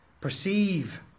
perceive